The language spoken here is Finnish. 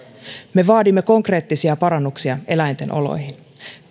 me vaadimme konkreettisia parannuksia eläinten oloihin